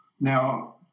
Now